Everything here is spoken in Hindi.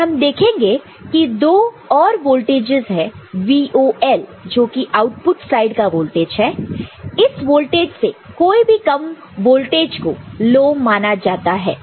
और हम देखेंगे कि दो और वोल्टेजस है VOL जो कि आउटपुट साइड का वोल्टेज है इस वोल्टेज से कोई भी कम वोल्टेज को लो माना जाता है